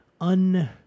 un